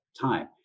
time